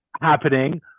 happening